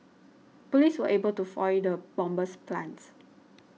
police were able to foil the bomber's plans